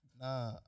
Nah